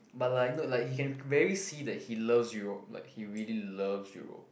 but like not like he can very see that he loves Europe like he really loves Europe